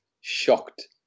shocked